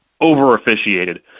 over-officiated